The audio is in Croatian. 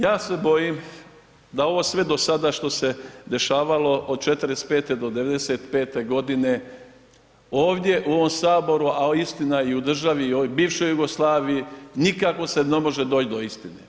Ja se bojim da ovo sve do sada što se dešavalo od '45. do '95. g. ovdje u ovom Saboru a istina i u državi i u bivšoj Jugoslaviji, nikako se ne može doći do istine.